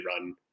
run